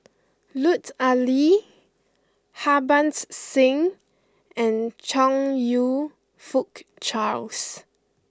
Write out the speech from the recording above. Lut Ali Harbans Singh and Chong you Fook Charles